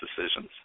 decisions